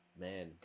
man